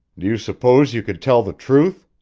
do you suppose you could tell the truth?